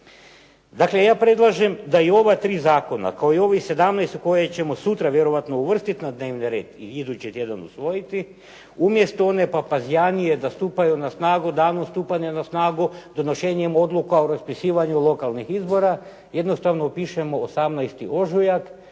Dakle, ja predlažem da i ova tri zakona, kao i ovih 17 koje ćemo sutra vjerojatno uvrstit na dnevni red i idući tjedan usvojiti, umjesto one … /Govornik se ne razumije./… da stupaju na snagu danom stupanja na snagu, donošenjem odluka o raspisivanju lokalnih izbora. Jednostavno pišemo 18. ožujak